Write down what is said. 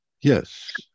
Yes